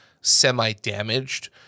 semi-damaged